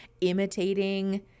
imitating –